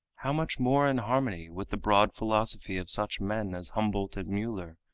how much more in harmony with the broad philosophy of such men as humboldt and mueller,